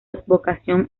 advocación